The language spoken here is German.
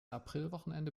aprilwochenende